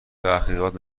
تحقیقات